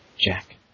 Jack